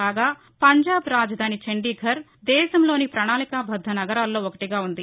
కాగా పంజాబ్ రాజధాని చండీఘర్ దేశంలోని ప్రణాళికాబద్ద నగరాల్లో ఒకటిగా ఉంది